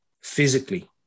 physically